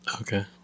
Okay